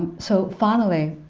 so finally,